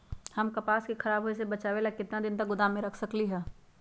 हम कपास के खराब होए से बचाबे ला कितना दिन तक गोदाम में रख सकली ह?